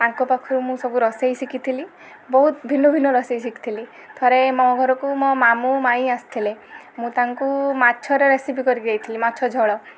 ତାଙ୍କ ପାଖରୁ ମୁଁ ସବୁ ରୋଷେଇ ଶିଖିଥିଲି ବହୁତ ଭିନ୍ନଭିନ୍ନ ରୋଷେଇ ଶିଖିଥିଲି ଥରେ ମୋ ଘରକୁ ମୋ ମାମୁଁ ମାଇଁ ଆସଥିଲେ ମୁଁ ତାଙ୍କୁ ମାଛର ରେସିପି କରିକି ଦେଇଥିଲି ମାଛ ଝୋଳ